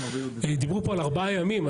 דיברו פה על ארבעה ימים,